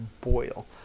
boil